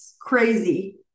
crazy